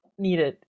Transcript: needed